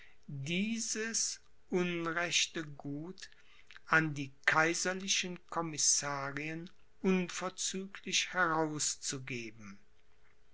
dieses unrechte gut an die kaiserlichen commissarien unverzüglich herauszugeben